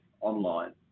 online